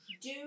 Do-